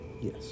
Yes